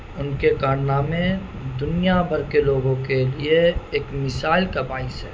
ان کے کارنامے دنیا بھر کے لوگوں کے لیے ایک مثال کا باعث ہے